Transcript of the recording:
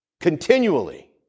continually